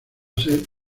ser